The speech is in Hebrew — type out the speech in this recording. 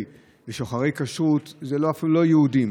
כשרות ושוחרי כשרות הם אפילו לא יהודים,